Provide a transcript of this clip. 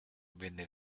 venne